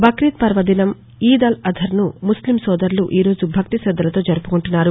బక్రీద్ పర్వదినం ఈద్ అల్ అధర్ను ముస్లిం సోదరులు ఈ రోజు భక్తిశద్దలతో జరుపుకుంటున్నారు